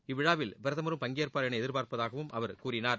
இவ்விழாவில் பிரதமரும் பங்கேற்பார் என எதிர்பார்ப்பதாகவும் அவர் கூறினார்